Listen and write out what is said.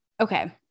Okay